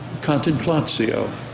contemplatio